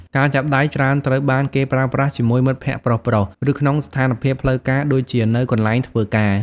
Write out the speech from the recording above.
ការចាប់ដៃច្រើនត្រូវបានគេប្រើប្រាស់ជាមួយមិត្តភក្តិប្រុសៗ ឬក្នុងស្ថានភាពផ្លូវការដូចជានៅកន្លែងធ្វើការ។